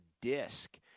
disc